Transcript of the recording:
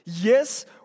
Yes